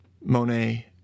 Monet